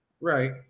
right